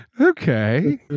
okay